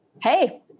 Hey